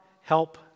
help